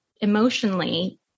emotionally